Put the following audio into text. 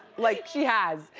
like, she has.